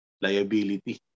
liability